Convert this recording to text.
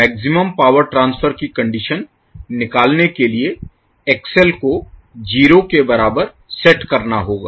maximum power transfer की condition निकालने के लिए XL को 0 के बराबर सेट करना होगा